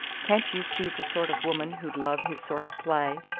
can't you see the sort of woman who'd love his sort of play?